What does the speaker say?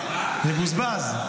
מבוזבז.